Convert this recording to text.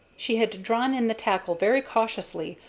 she had drawn in the tackle very cautiously,